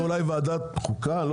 וועדה בכנסת.